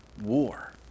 war